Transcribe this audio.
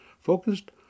focused